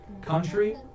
country